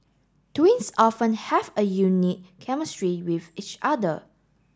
twins often have a unique chemistry with each other